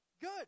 Good